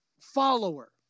follower